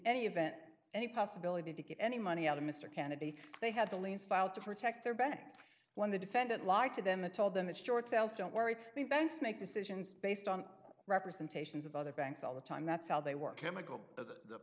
any event any possibility to get any money out of mr kennedy they had the lease filed to protect their back when the defendant lied to them and told them that short sales don't worry me banks make decisions based on representations of other banks all the time that's how they were chemical